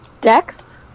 Dex